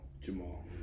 Jamal